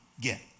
get